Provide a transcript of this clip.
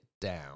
down